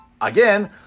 again